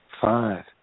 five